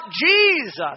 Jesus